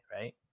right